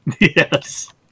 Yes